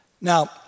Now